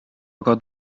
aga